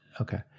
Okay